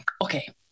okay